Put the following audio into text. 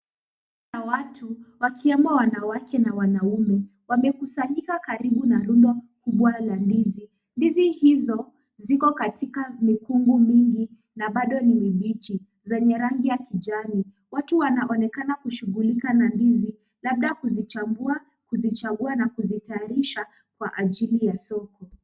Kundi la watu wakiwemo wanawake na wanaume, wamekusanyika karibu na Rundo kubwa la ndizi. Ndizi hizo ziko katika mikungu mingi na bado ni mibichi, zenye rangi ya kijani. Watu wanaonekana kushughulika na ndizi, labda kuzichambua, kuzichagua, na kuzitayarisha kwa ajili ya soko.